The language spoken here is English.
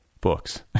books